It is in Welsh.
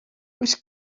oes